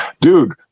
dude